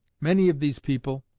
many of these people,